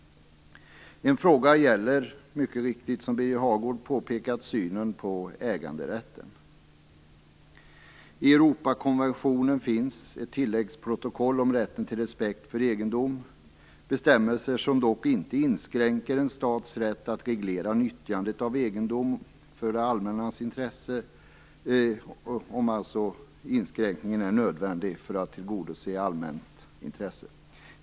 En fråga gäller som Birger Hagård mycket riktigt påpekat synen på äganderätten. I Europakonventionen finns ett tilläggsprotokoll om rätten till respekt för egendom, bestämmelser som dock inte inskränker en stats rätt att reglera nyttjandet av egendom för det allmännas intresse, om inskränkningen är nödvändig för att tillgodose ett allmänt intresse.